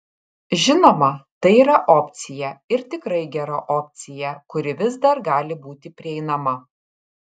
žinoma tai yra opcija ir tikrai gera opcija kuri vis dar gali būti prieinama